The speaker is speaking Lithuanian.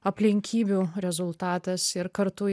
aplinkybių rezultatas ir kartu